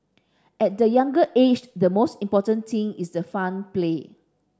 at the younger age the most important thing is the fun play